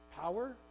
power